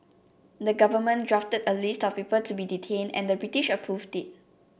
the governments drafted a list of people to be detained and the British approved it